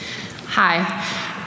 Hi